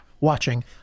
watching